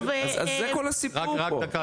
זה כל הסיפור פה.